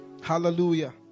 Hallelujah